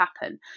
happen